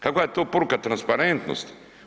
Kakva je to poruka transparentnosti?